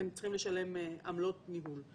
אתם צריכים לשלם עמלות ניהול.